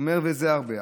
הוא אומר שזה הרבה.